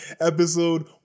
Episode